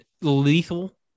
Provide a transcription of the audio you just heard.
lethal